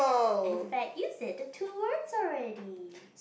and fact you said the two words already